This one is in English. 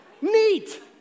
Neat